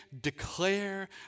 declare